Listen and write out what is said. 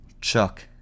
chuck